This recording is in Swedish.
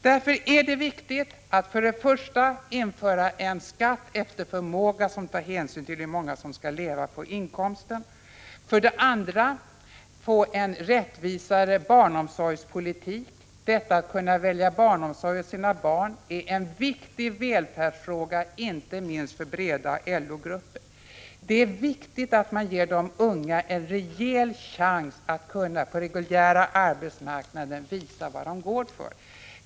Därför är det viktigt att för det första införa en skatt efter förmåga som tar hänsyn till hur många som skall leva på inkomsten, för det andra få en rättvisare barnomsorgspolitik. Att kunna välja barnomsorg för sina barn är en viktig välfärdsfråga inte minst för breda LO-grupper. Det är viktigt att ge de unga en rejäl chans att på den reguljära arbetsmarknaden visa vad de går för.